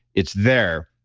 it's there,